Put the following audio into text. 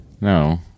No